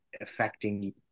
affecting